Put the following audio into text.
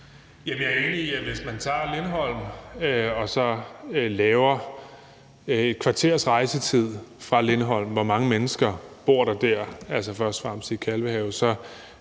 ville være, at hvis man tager Lindholm og så laver en cirkel på et kvarters rejsetid fra Lindholm og ser, hvor mange mennesker der bor der – altså først og fremmest i Kalvehave